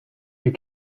you